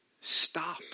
Stop